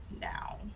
now